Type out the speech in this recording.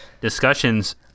discussions